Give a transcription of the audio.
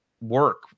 work